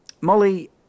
Molly